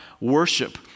worship